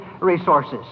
resources